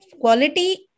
quality